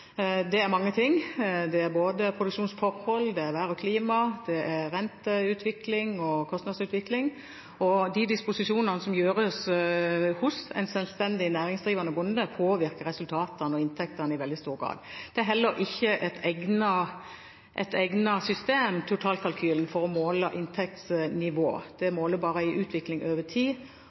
Det er mange ting. Det er produksjonsforhold, det er vær og klima, det er renteutvikling og kostnadsutvikling. De disposisjonene som gjøres hos en selvstendig næringsdrivende bonde, påvirker resultatene og inntektene i veldig stor grad. Totalkalkylen er heller ikke et egnet system for å måle inntektsnivå. Den måler bare en utvikling over tid.